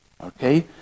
Okay